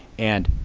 and